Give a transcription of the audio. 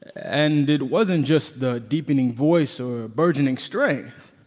and it wasn't just the deepening voice or burgeoning strength.